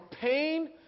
pain